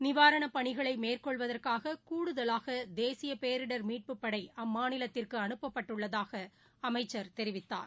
நிவாராணபணிகளைமேற்கொள்வதற்காககூடுதலாகதேசியபேரிடர் மீட்பு படை அம்மாநிலத்திற்கு அனுப்பட்பட்டுள்ளதாக அமைச்சர் கெரிவித்தார்